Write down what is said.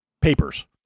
papers